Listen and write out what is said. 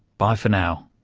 bye for now